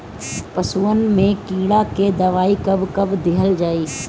पशुअन मैं कीड़ा के दवाई कब कब दिहल जाई?